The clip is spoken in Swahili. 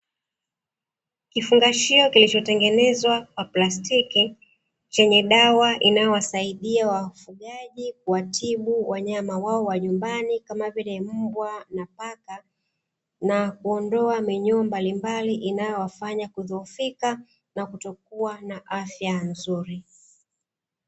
Kifungashio kilichotengenezwa kwa plastiki chenye dawa inayowasaidia wafugaji kuwatibu wanyama wao wa nyumbani, kama vile; mbwa na paka, na kuondoa minyoo mbalimbali inayowafanya kudhoofika na kutokuwa na afya nzuri.